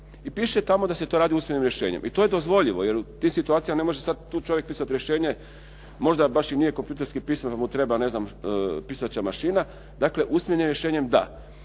I piše tamo da se to radi usmenim rješenjem. I to je dozvoljivo, jer tih situacija ne može sad tu čovjek pisati rješenje, možda baš i nije kompjuterski pismen da mu treba ne znam pisaća mašina. Dakle, usmenim rješenjem da.